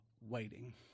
waiting